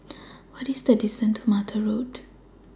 What IS The distance to Mattar Road